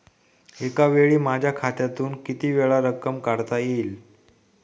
एकावेळी माझ्या खात्यातून कितीवेळा रक्कम काढता येईल?